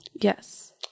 Yes